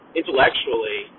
intellectually